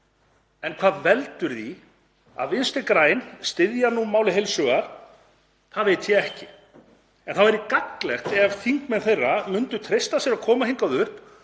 En hvað veldur því að Vinstri græn styðja nú málið heils hugar — það veit ég ekki. Það væri gagnlegt ef þingmenn þeirra myndu treysta sér að koma hingað upp